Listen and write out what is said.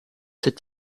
cet